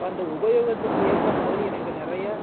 இப்போ அந்த உபயோகத்துக்கு ஏற்ற மாதிரி எனக்கு நிறைய